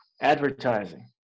advertising